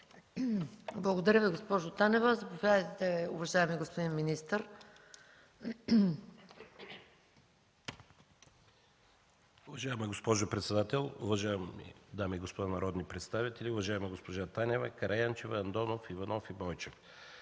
Благодаря Ви, госпожо Танева. Заповядайте, уважаеми господин министър. МИНИСТЪР ДИМИТЪР ГРЕКОВ: Уважаема госпожо председател, уважаеми дами и господа народни представители! Уважаеми госпожо Танева, Каратанчева, Андонов, Иванов и Бойчев!